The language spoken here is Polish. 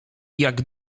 jak